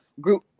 group